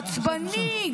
עצבני.